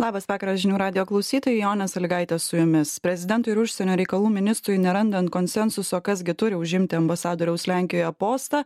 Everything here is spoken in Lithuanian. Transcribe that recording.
labas vakaras žinių radijo klausytojai jonė salygaitė su jumis prezidentui ir užsienio reikalų ministrui nerandant konsensuso kas gi turi užimti ambasadoriaus lenkijoje postą